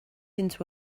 into